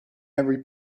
every